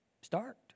Start